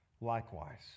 Likewise